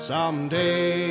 Someday